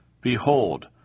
Behold